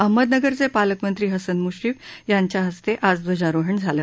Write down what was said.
अहमदनगरचे पालकमंत्री हसन मुश्रीफ यांच्याहस्ते ध्वजारोहण करण्यात आलं